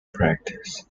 practice